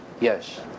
yes